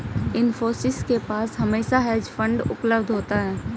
इन्फोसिस के पास हमेशा हेज फंड उपलब्ध होता है